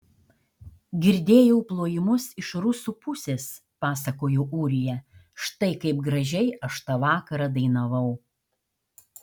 girdėjau plojimus iš rusų pusės pasakojo ūrija štai kaip gražiai aš tą vakarą dainavau